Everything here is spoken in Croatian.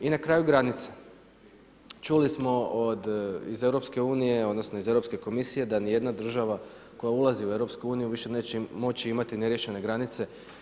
I na kraju granica, čuli smo iz EU, odnosno, iz Europske komisije, da ni jedna država koja ulazi u EU, više neće moći imati neriješene granice.